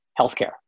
healthcare